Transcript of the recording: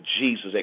Jesus